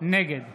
נגד